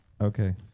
Okay